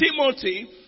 Timothy